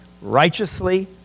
righteously